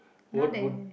what would